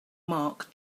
mark